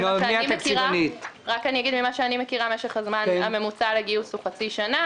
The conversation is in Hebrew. אני רק אגיד שמשך הזמן הממוצע לגיוס הוא חצי שנה,